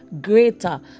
greater